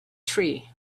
tree